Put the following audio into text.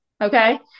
Okay